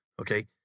okay